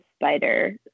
spider